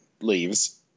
leaves